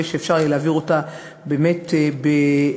שאפשר יהיה להעביר אותה באמת במהירות.